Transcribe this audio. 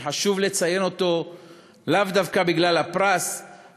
וחשוב לציין אותו לאו דווקא בגלל הפרס,